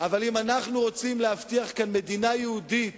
אבל אם אנחנו רוצים להבטיח כאן מדינה יהודית